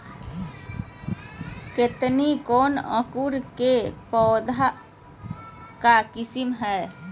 केतकी कौन अंकुर के पौधे का किस्म है?